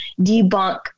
debunk